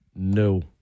No